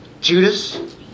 Judas